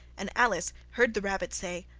and alice heard the rabbit say,